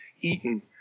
eaten